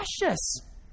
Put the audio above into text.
precious